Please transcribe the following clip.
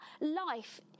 life